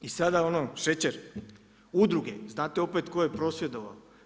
I sada ono šećer, udruge, znate opet tko je prosvjedovao.